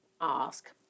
ask